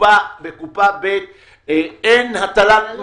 הקופה תיגרע בגובה המס